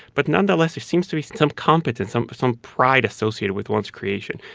but nonetheless, there seems to be some competence, um some pride associated with one's creation,